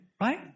Right